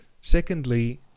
Secondly